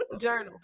Journal